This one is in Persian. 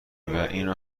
اینو